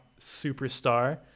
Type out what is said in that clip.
superstar